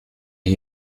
den